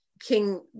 king